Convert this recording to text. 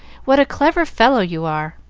what a clever fellow you are!